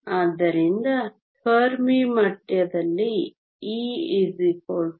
ಆದ್ದರಿಂದ ಫೆರ್ಮಿ ಮಟ್ಟದಲ್ಲಿ E Ef